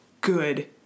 good